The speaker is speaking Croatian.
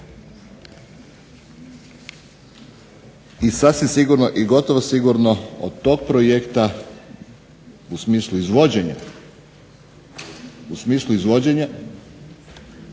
i sasvim sigurno i gotovo sigurno od tog projekta u smislu izvođenja